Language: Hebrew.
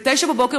ב-09:00,